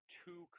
two